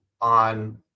on